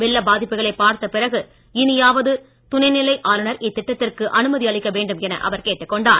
வெள்ள பாதிப்புகளை பார்த்த பிறகு இனியாவது துணைநிலை ஆளுநர் இத்திட்டத்திற்கு அனுமதி அளிக்க வேண்டும் என அவர் கேட்டுக் கொண்டார்